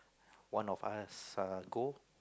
one of us err go